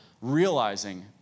realizing